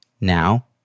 Now